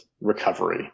recovery